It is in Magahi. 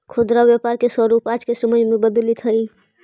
खुदरा व्यापार के स्वरूप आज के समय में बदलित हइ